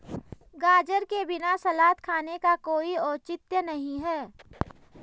गाजर के बिना सलाद खाने का कोई औचित्य नहीं है